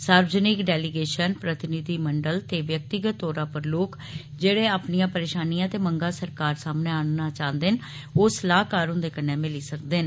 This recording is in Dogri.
सार्वजनिक डेलीगेषन प्रतिनिधिमंडल ते व्यक्तिगत तौरा पर लोक जेहड़े अपनिआं परेषानिआं ते मंगां सरकार सामने आह्नना चांह्दे न ओह् सलाह्कार हुंदे कन्नै मिली सकदे न